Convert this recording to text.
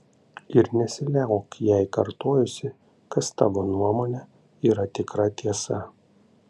ir nesiliauk jai kartojusi kas tavo nuomone yra tikra tiesa